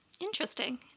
Interesting